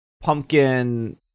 pumpkin